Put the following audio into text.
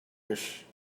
wish